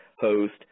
host